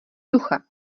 ducha